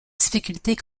difficultés